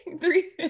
three